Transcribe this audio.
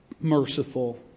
merciful